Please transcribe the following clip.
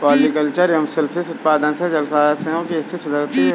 polyculture एवं cell fish उत्पादन से जलाशयों की स्थिति सुधरती है